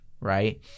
right